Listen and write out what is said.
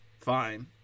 fine